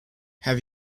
have